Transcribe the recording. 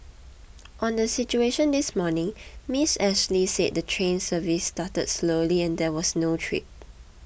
on the situation this morning Miss Ashley said the train service started slowly and there were no trips